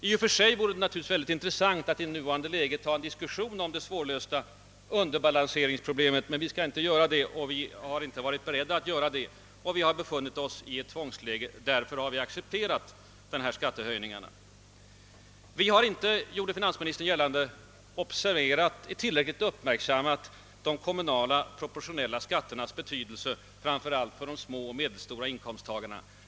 I och för sig vore det naturligtvis intressant att i nuvarande läge föra en diskussion om det svårlösta underbalanseringsproblemet, men jag skall inte ta upp en sådan debatt. Vi befinner oss i ett tvångsläge och därför har vi måst acceptera dagens skattehöjningar. Finansministern gjorde gällande att vi inte tillräckligt uppmärksammat de kommunala proportionella skatternas betydelse för framför allt de små och medelstora inkomsttagarna.